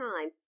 time